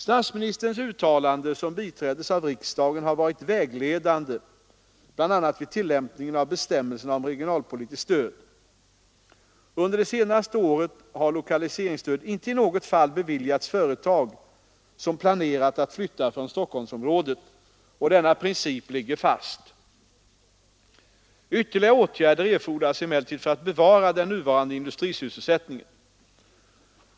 Statsministerns uttalande, som biträddes av riksdagen, har varit vägledande bl.a. vid tillämpningen av bestämmelserna om regionalpolitiskt stöd. Under det senaste året har lokaliseringsstöd inte i något fall beviljats företag som planerat att flytta från Stockholmsområdet. Denna princip ligger fast. Ytterligare åtgärder erfordras emellertid för att bevara den nuvarande industrisysselsättningen.